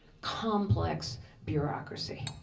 complex bureaucracy.